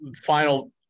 Final